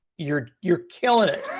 you're you're killin' it.